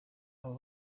abo